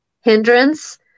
hindrance